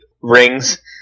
rings